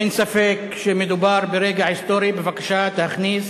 אין ספק שמדובר ברגע היסטורי, בבקשה תכניס,